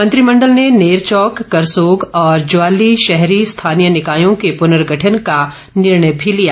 मंत्रिमंडल ने नेरवौक करसोग और ज्वाली शहरी स्थानीय निकायों के प्रर्नगठन करने का निर्णय भी लिया